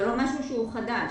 זה לא משהו חדש.